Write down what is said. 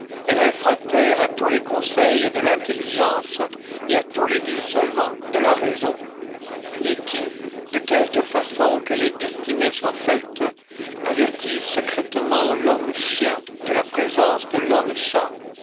réfractaire à tous les conseils de l'intelligence et à tous les dissolvants de la raison et qui de quelque façon que les destinées soient faites avertit secrètement lhomme chien de la présence de lhomme chat